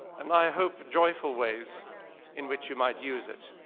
and i hope joyful, ways in which you might use it.